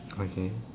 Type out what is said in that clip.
okay